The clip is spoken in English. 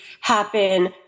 happen